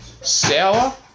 Sour